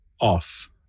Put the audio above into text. off